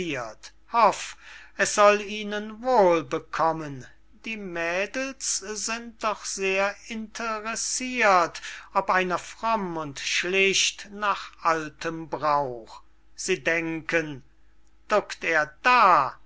es soll ihnen wohl bekommen die mädels sind doch sehr interessirt ob einer fromm und schlicht nach altem brauch sie denken duckt er da